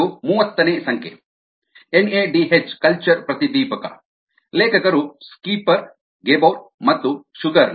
ಇದು ಮೂವತ್ತನೇ ಸಂಖ್ಯೆ ಎನ್ಎಡಿಎಚ್ ಕಲ್ಚರ್ ಪ್ರತಿದೀಪಕ ಲೇಖಕರು ಸ್ಕೀಪರ್ ಗೆಬೌರ್ ಮತ್ತು ಶುಗರ್ಲ್